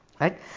Right